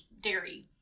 dairy